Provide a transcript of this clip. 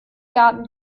garten